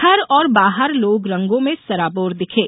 घर और बाहर लोग रंगों में सराबोर दिखे